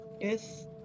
Yes